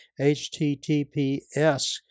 https